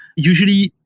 usually,